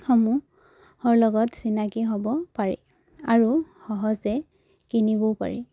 সমূহৰ লগত চিনাকি হ'ব পাৰি আৰু সহজে কিনিবও পাৰি